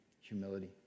Humility